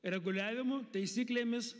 reguliavimu taisyklėmis